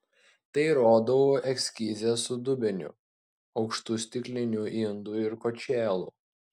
tai rodau eskize su dubeniu aukštu stikliniu indu ir kočėlu